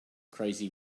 crazy